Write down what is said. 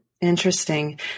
Interesting